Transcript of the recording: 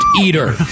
eater